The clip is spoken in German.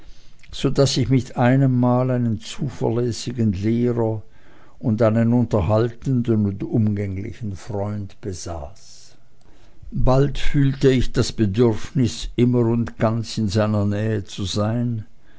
so daß ich mit einem male einen zuverlässigen lehrer und einen unterhaltenden und umgänglichen freund besaß bald fühlte ich das bedürfnis immer und ganz in seiner nähe zu sein